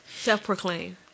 self-proclaimed